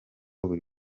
buri